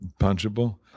Punchable